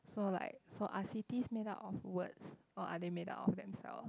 so like so are cities made up of words or are they made up of themselves